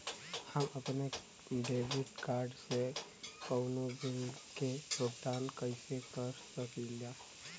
हम अपने debit card से कउनो बिल के भुगतान कइसे कर सकीला?